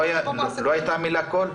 לא הייתה המילה "כל"?